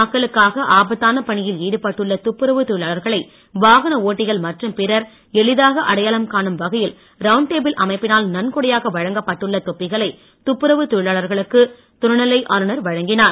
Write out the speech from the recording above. மக்களுக்காக தொழிலாளர்களை வாகன ஓட்டிகள் மற்றும் பிறர் எளிதாக அடையாளம் காணும் வகையில் ரவுண்ட் டேபிள் அமைப்பினால் நன்கொடையாக வழங்கப்பட்டுள்ள தொப்பிகளை துப்புரவுத் தொழிலாளர்களுக்கு துணைநிலை ஆளுநர் வழங்கினார்